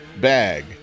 bag